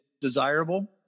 desirable